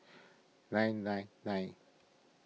nine nine nine